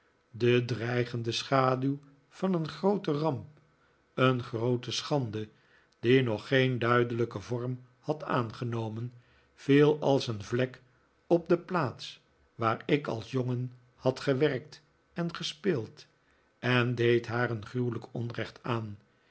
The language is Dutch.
de dreigende schaduw van een groote ramp een groote schande die nog geen duidelijken vorm had aangenomen viel als een vlek op de plaats waar ik als jongen had gewerkt en gespeeld en deed haar een gruwelijk onrecht aan